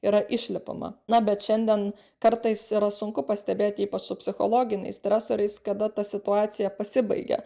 yra išlipama na bet šiandien kartais yra sunku pastebėti ypač su psichologiniais stresoriais kada ta situacija pasibaigė